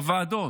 בוועדות,